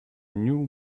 new